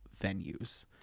venues